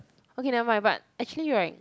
okay never mind but actually [right]